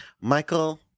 Michael